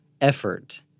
effort